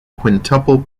quintuple